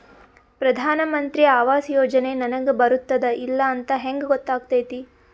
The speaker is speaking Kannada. ಪ್ರಧಾನ ಮಂತ್ರಿ ಆವಾಸ್ ಯೋಜನೆ ನನಗ ಬರುತ್ತದ ಇಲ್ಲ ಅಂತ ಹೆಂಗ್ ಗೊತ್ತಾಗತೈತಿ?